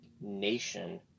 nation